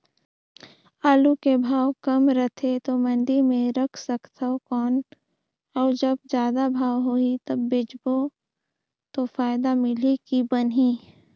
आलू के भाव कम रथे तो मंडी मे रख सकथव कौन अउ जब जादा भाव होही तब बेचबो तो फायदा मिलही की बनही?